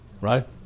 right